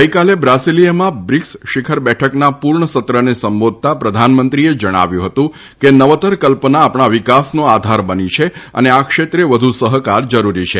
ગઇકાલે બ્રાસીલીયામાં બ્રિકસ શિખર બેઠકના પુર્ણસત્રને સંબોધતા પ્રધાનમંત્રીએ જણાવ્યું હતું કે નવતર કલ્પના આપણાં વિકાસનો આધાર બની છે અને આ ક્ષેત્રે વધુ સહકાર જરૂરી છે